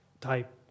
type